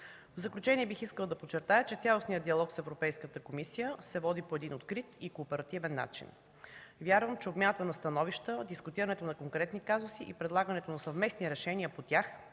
В заключение, бих искала да подчертая, че цялостният диалог с Европейската комисия се води по открит и кооперативен начин. Вярвам, че обмяната на становища, дискутирането на конкретни казуси и предлагането на съвместни решения по тях